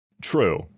True